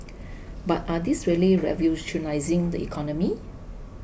but are these really revolutionising the economy